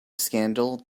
scandal